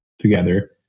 together